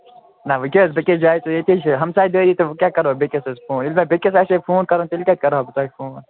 نہَ وۅنۍ کہِ حظ بیٚیِس جایہِ تُہۍ ییٚتہِ حظ چھِ ہَمسایہِ دٲری تہٕ وۅنۍ کیٛاہ کَرو بیٚیِس حظ فون ییٚلہِ مےٚ بیٚیِس آسہِ ہے فون کَرُن تیٚلہِ کَتہِ کَرٕ ہا بہٕ تۄہہِ فون